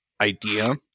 idea